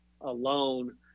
alone